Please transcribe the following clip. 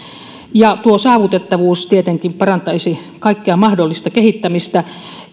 tuo saavutettavuus tietenkin parantaisi kaikkea mahdollista kehittämistä